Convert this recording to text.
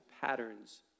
patterns